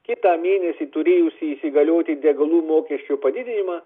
kitą mėnesį turėjusį įsigalioti degalų mokesčio padidinimą